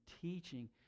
teaching